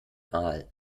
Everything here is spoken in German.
aal